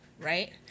right